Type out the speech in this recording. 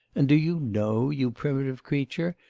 and do you know, you primitive creature,